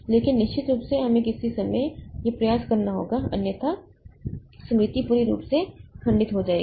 लेकिन निश्चित रूप से हमें किसी समय यह प्रयास करना होगा अन्यथा स्मृति पूरी तरह से खंडित हो जाएगी